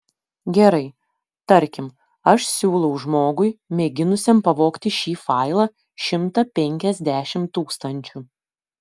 gerai tarkim aš siūlau žmogui mėginusiam pavogti šį failą šimtą penkiasdešimt tūkstančių